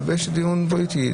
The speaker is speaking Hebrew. אבל זה דיון פוליטי.